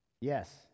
Yes